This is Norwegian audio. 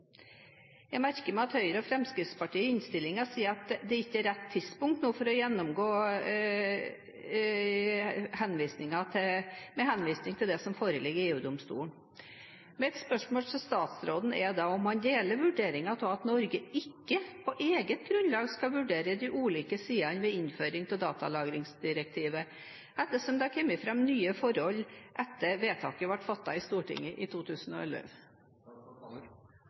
Jeg merker meg at Høyre og Fremskrittspartiet i innstillingen sier at dette ikke er rett tidspunkt for å gjennomgå det, under henvisning til saken som foreligger i EU-domstolen. Mitt spørsmål til statsråden er om han deler vurderingen av at Norge ikke på eget grunnlag skal vurdere de ulike sidene ved innføring av datalagringsdirektivet, ettersom det har kommet fram nye forhold etter at vedtaket ble fattet i Stortinget i 2011.